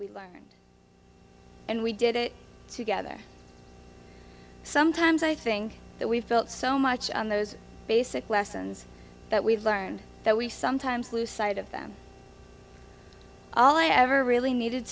we learned and we did it together sometimes i think that we felt so much on those basic lessons that we've learned that we sometimes lose sight of them all i ever really needed